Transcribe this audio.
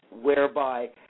whereby